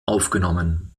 aufgenommen